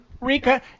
Rika